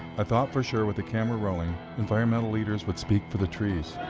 i thought for sure with the camera rolling, environmental leaders would speak for the trees.